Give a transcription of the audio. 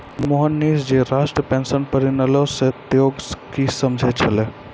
मोहनीश जी राष्ट्रीय पेंशन प्रणाली से तोंय की समझै छौं